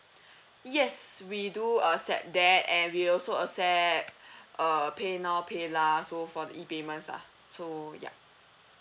yes we do uh accept that and we also accept uh PayNow PayLah so for the E payments ah so ya